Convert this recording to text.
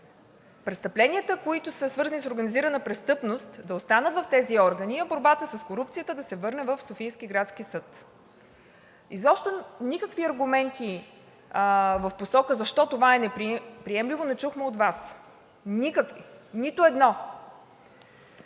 престъпленията, които са свързани с организираната престъпност, да останат в тези органи, а борбата с корупцията да се върне в Софийския градски съд. Изобщо никакви аргументи в посока защо това е неприемливо не чухме от Вас – никакви, нито един!